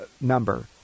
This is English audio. number